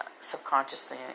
subconsciously